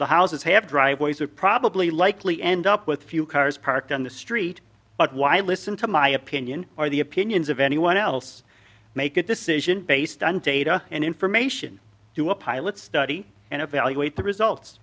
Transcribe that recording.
the houses have driveways are probably likely end up with few cars parked on the street but why listen to my opinion or the opinions of anyone else make a decision based on data and information to a pilot study and evaluate the results